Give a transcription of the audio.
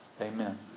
Amen